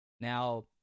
Now